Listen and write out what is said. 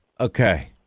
Okay